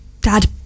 dad